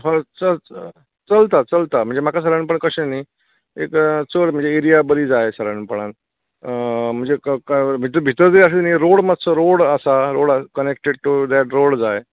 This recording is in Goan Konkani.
हय चल चलता चलता म्हणजे म्हाका सादारणपणान कशें नी एक चड म्हणजे एरिया बरी जाय सादारणपणान म्हणजे ट्रक ड्रायवर भितूर भितूरूय अशें नी रो रोड रोड मात्सो रोड आसा कनेक्टड टू देट रोड जाय